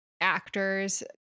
actors